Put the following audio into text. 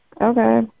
Okay